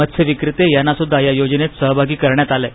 मत्स्य विक्रेत यांनाही या योजनेत सहभागी करण्यात आले आहे